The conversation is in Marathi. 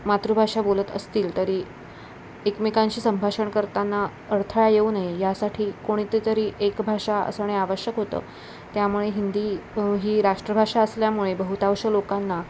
मातृभाषा बोलत असतील तरी एकमेकांशी संभाषण करताना अडथळा येऊ नये यासाठी कोणती तरी एक भाषा असणे आवश्यक होतं त्यामुळे हिंदी ही राष्ट्रभाषा असल्यामुळे बहुतांश लोकांना